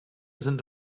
sind